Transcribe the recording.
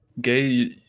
gay